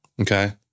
Okay